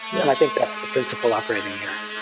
and i think that's the principle operating here.